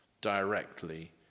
directly